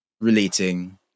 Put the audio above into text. relating